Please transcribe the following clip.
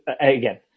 again